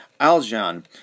Aljan